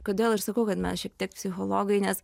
kodėl ir sakau kad mes šiek tiek psichologai nes